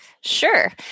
Sure